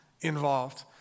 involved